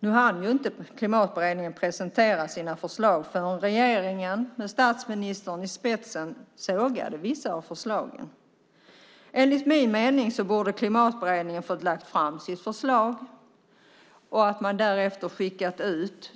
Nu hann inte Klimatberedningen presentera sina förslag förrän regeringen, med statsministern i spetsen, sågade vissa av förslagen. Enligt min mening borde Klimatberedningen ha fått lägga fram sitt förslag. Därefter skulle det ha skickats ut